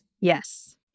Yes